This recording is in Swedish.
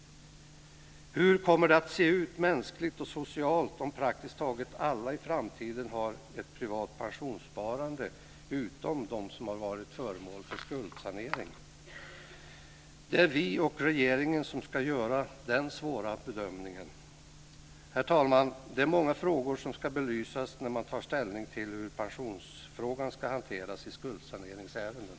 Hur kommer det att se ut mänskligt och socialt om praktiskt taget alla i framtiden har ett privat pensionssparande utom de som har varit föremål för skuldsanering? Det är vi och regeringen som ska göra den svåra bedömningen. Herr talman! Det är många frågor som ska belysas när man tar ställning till hur pensionsfrågan ska hanteras i skuldsaneringsärenden.